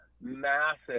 massive